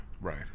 Right